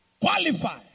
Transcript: qualify